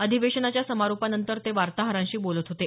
अधिवेशनाच्या समारोपानंतर ते वार्ताहरांशी बोलत होते